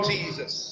Jesus